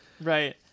Right